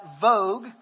Vogue